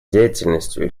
деятельностью